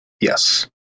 Yes